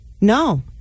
No